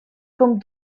com